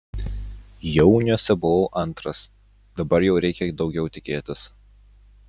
jauniuose buvau antras dabar jau reikia daugiau tikėtis